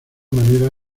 manera